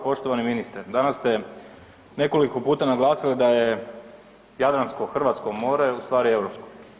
Poštovani ministre, danas ste nekoliko puta naglasili da je Jadransko, hrvatsko more, ustvari europsko.